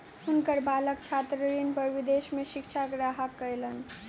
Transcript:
हुनकर बालक छात्र ऋण पर विदेश में शिक्षा ग्रहण कयलैन